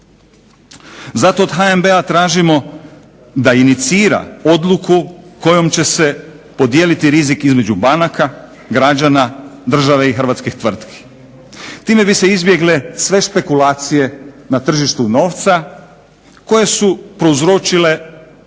Zato od HNB-a tražimo da inicira odluku kojom će se podijeliti rizik između banaka, građana, države i hrvatskih tvrtki. Time bi se izbjegle sve spekulacije na tržištu novca koje su prouzročile porast